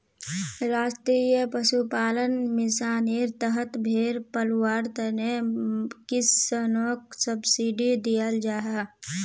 राष्ट्रीय पशुपालन मिशानेर तहत भेड़ पलवार तने किस्सनोक सब्सिडी दियाल जाहा